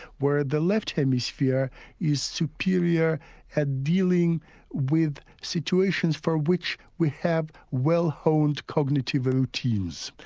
whereas the left hemisphere is superior at dealing with situations for which we have well-honed cognitive routines.